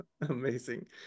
amazing